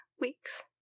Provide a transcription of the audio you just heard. Weeks